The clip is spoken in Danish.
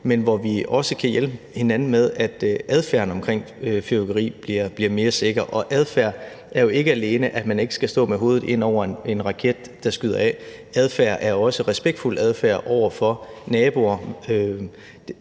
men hvor vi også kan hjælpe hinanden med, at adfærden omkring fyrværkeri bliver mere sikker. Og adfærd er jo ikke alene, at man ikke skal stå med hovedet ind over en raket, der skyder af. Adfærd er også respektfuld adfærd over for naboer,